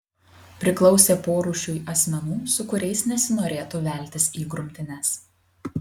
priklausė porūšiui asmenų su kuriais nesinorėtų veltis į grumtynes